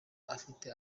afite